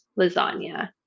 lasagna